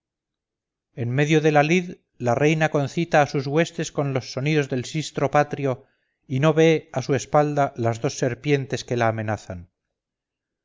en medio de la lid la reina concita a sus huestes con los sonidos del sistro patrio y no ve a su espalda las dos serpientes que la amenazan